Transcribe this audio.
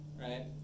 right